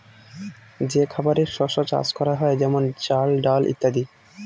যে খাবারের শস্য চাষ করা হয় যেমন চাল, ডাল ইত্যাদি